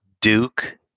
Duke